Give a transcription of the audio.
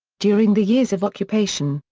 during the years of occupation,